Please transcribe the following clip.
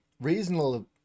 reasonable